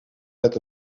met